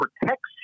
protects